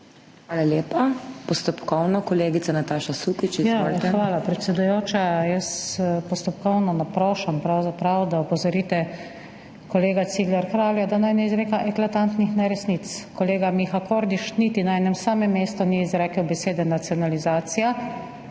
Hvala lepa. Postopkovno kolegica Nataša Sukič. Izvolite. **NATAŠA SUKIČ (PS Levica):** Hvala, predsedujoča. Jaz postopkovno naprošam pravzaprav zato, da opozorite kolega Cigler Kralja, da naj ne izreka eklatantnih neresnic. Kolega Miha Kordiš niti na enem samem mestu ni izrekel besede nacionalizacija.